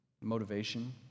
motivation